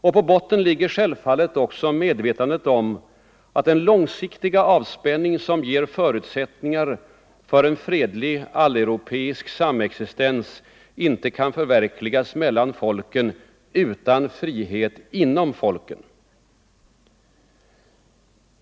Och på botten ligger självfallet också medvetandet om att den långsiktiga avspänning som ger förutsättningar för en fredlig alleuropeisk samexistens inte kan förverkligas mellan folken utan frihet inom folken.